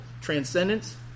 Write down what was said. transcendence